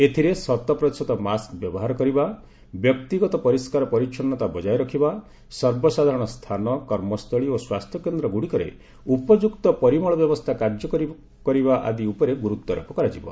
ଏଥିରେ ଶତ ପ୍ରତିଶତ ମାସ୍କ୍ ବ୍ୟବହାର କରିବା ବ୍ୟକ୍ତିଗତ ପରିସ୍କାର ପରିଚ୍ଛନ୍ନତା ବଜାୟ ରଖିବା ସର୍ବସାଧାରଣ ସ୍ଥାନ କର୍ମସ୍ଥଳୀ ଓ ସ୍ୱାସ୍ଥ୍ୟ କେନ୍ଦ୍ର ଗୁଡ଼ିକରେ ଉପଯୁକ୍ତ ପରିମଳ ବ୍ୟବସ୍ଥା କାର୍ଯ୍ୟକାରୀ କରିବା ଆଦି ଉପରେ ଗୁରୁତ୍ୱାରୋପ କରାଯିବ